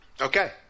Okay